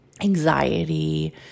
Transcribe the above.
anxiety